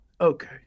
Okay